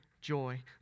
joy